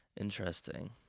Interesting